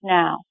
now